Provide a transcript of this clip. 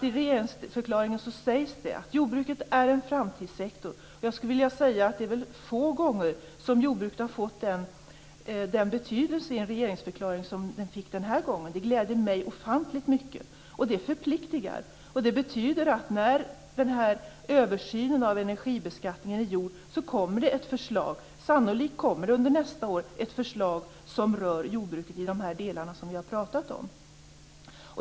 I regeringsförklaringen sägs det att jordbruket är en framtidsektor. Jag skulle vilja säga att det är få gånger som jordbruket har fått den betydelsen i en regeringsförklaring som det har fått den här gången. Det gläder mig ofantligt mycket, och det förpliktigar. Det betyder att när denna översyn av energibeskattningen är gjord kommer det ett förslag. Sannolikt kommer det under nästa år ett förslag som rör jordbruket i de delar som vi har talat om.